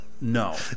No